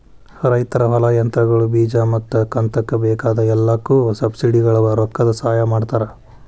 ರೈತರ ಹೊಲಾ, ಯಂತ್ರಗಳು, ಬೇಜಾ ಮತ್ತ ಕಂತಕ್ಕ ಬೇಕಾಗ ಎಲ್ಲಾಕು ಸಬ್ಸಿಡಿವಳಗ ರೊಕ್ಕದ ಸಹಾಯ ಮಾಡತಾರ